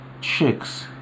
Chicks